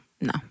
no